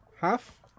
half